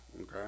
okay